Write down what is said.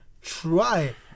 try